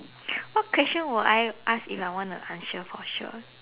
what question will I ask if I want a answer for sure